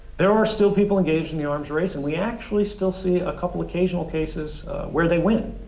there are still people engaged in the arms race and we actually still see a couple of occasional cases where they win.